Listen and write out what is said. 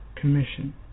commission